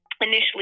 initially